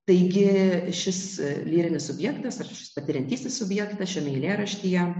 taigi šis lyrinis subjektas aš patiriantysis subjektas šiame eilėraštyje